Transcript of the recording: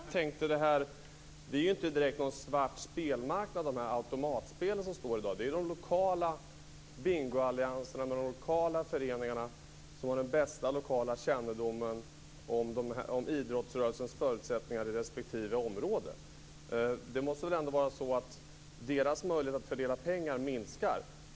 Fru talman! Dessa automatspel utgör ju inte direkt någon svart spelmarknad. Det är de lokala bingoallianserna och de lokala föreningarna som har den bästa lokala kännedomen om idrottsrörelsens förutsättningar i respektive område. Deras möjligheter att fördela pengar måste väl ändå minska?